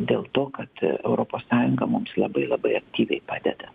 dėl to kad europos sąjunga mums labai labai aktyviai padeda